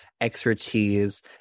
expertise